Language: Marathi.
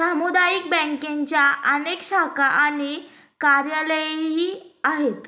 सामुदायिक बँकांच्या अनेक शाखा आणि कार्यालयेही आहेत